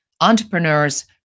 entrepreneurs